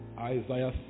Isaiah